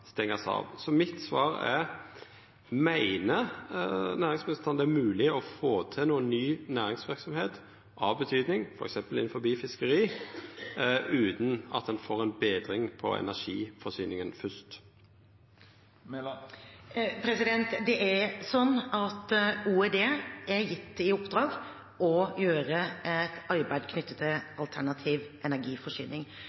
Mitt spørsmål er: Meiner næringsministeren det er mogleg å få til noka ny næringsverksemd av betydning, f.eks. innanfor fiskeri, utan at ein først får ei betring av energiforsyninga? OED er gitt i oppdrag å gjøre et arbeid knyttet